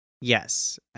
yes